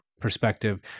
perspective